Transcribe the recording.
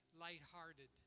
lighthearted